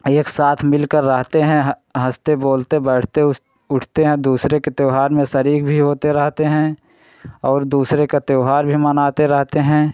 एक साथ मिलकर रहते हैं ह हंसते बोलते बैठते उस उठते हैं दुसरे के त्यौहार में शरीक भी होते रहते हैं और दुसरे का त्यौहार भी मनाते रहते हैं